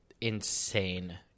insane